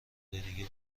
دیگه